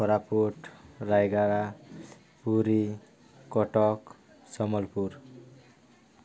Koraput Rayagada Puri Cuttack Sambalpur